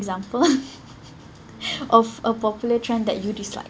example of a popular trend that you dislike